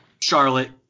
Charlotte